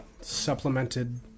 supplemented